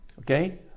okay